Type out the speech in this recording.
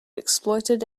exploited